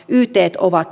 yhtyeet ovat